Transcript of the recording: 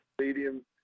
stadium